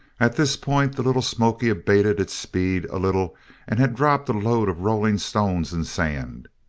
at this point the little smoky abated its speed a little and had dropped a load of rolling stones and sand.